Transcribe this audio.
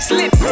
Slip